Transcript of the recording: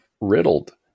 riddled